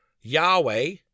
Yahweh